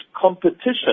competition